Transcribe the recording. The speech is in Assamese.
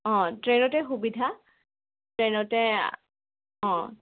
অঁ ট্ৰেইনতে সুবিধা ট্ৰেইনতে অঁ